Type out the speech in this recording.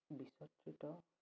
বিস্তৃত